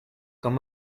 quand